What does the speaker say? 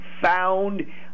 found